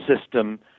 system